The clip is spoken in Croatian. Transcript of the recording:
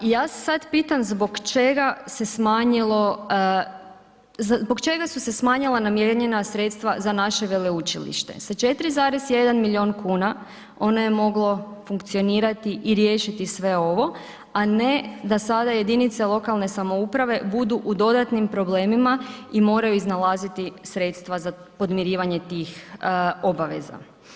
Ja se sad pitam zbog čega se smanjilo, zbog čega su se smanjila namijenjena sredstva za naše veleučilište sa 4,1 milion kuna ono je moglo funkcionirati i riješiti sve ovo, a ne da sada jedinice lokalne samouprave budu u dodatnim problemima i moraju iznalaziti sredstva za podmirivanje tih obaveza.